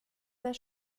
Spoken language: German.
sehr